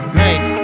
make